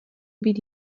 být